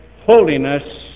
holiness